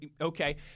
Okay